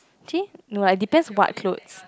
actually no lah it depends on what clothes